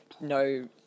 no